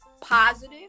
positive